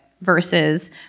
versus